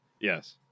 Yes